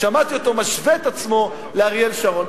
שמעתי אותו משווה את עצמו לאריאל שרון.